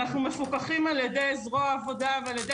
אנחנו מפוקחים על ידי זרוע העבודה ועל ידי